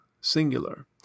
singular